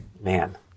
Man